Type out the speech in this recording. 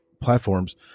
platforms